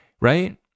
right